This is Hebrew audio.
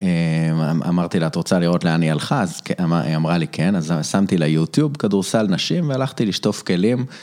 אמרתי לה את רוצה לראות לאן היא הלכה אז היא אמרה לי כן אז שמתי לה יוטיוב כדורסל נשים והלכתי לשטוף כלים.